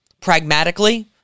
pragmatically